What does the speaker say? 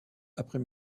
après